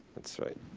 that's right.